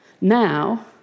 Now